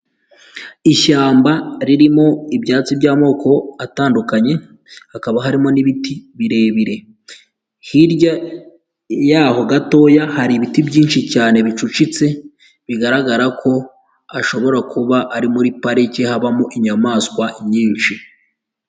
Ishyamba ririmo ibyatsi by'amoko atandukanye hakaba harimo n'ibiti birebire, hirya y'aho gatoya hari ibiti byinshi cyane bicucitse bigaragara ko hashobora kuba ari muri parike habamo inyamaswa nyinshi.